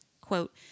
quote